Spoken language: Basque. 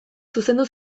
zuzendu